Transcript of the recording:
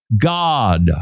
God